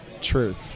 truth